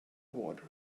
water